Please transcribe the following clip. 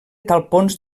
talpons